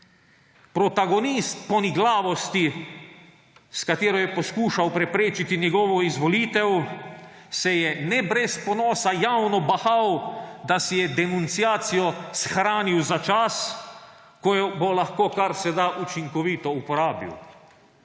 Protagonist poniglavnosti, s katero je poskušal preprečiti njegovo izvolitev, se je, ne brez ponosa, javno bahal, da si je denunciacijo shranil za čas, ko jo bo lahko karseda učinkovito uporabil.